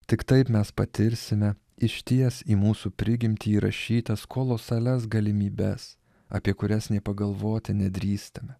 tik taip mes patirsime išties į mūsų prigimtį įrašytas kolosalias galimybes apie kurias nė pagalvoti nedrįstame